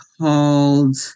called